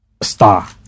star